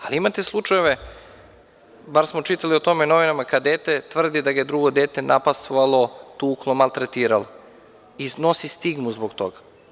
Ali, imate slučajeve, bar smo čitali o tome u novinama, kada dete tvrdi da ga je drugo dete napastvovalo, tuklo, maltretiralo i nosi stigmu zbog toga.